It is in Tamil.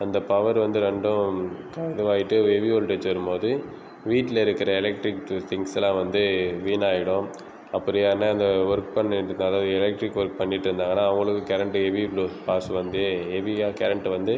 அந்த பவர் வந்து ரெண்டும் இதுவாயிட்டு ஹெவி வோல்டேஜ் வரும்போது வீட்டில் இருக்கிற எலக்ட்ரிக் திங்ஸ்லாம் வந்து வீணாகிடும் அப்புரியாண அந்த வர்க் பண்ணிட்டிருந்தாலோ எலக்ட்ரிக் ஒர்க் பண்ணிட்டு இருந்தாங்கன்னா அவர்களுக்கு கரண்ட் ஹெவி வாட்ஸ் வந்து ஹெவியாக கரண்ட் வந்து